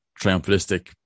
triumphalistic